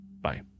Bye